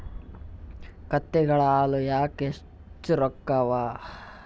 ಕತ್ತೆಗಳ ಹಾಲ ಯಾಕ ಹೆಚ್ಚ ರೊಕ್ಕ ಅವಾ?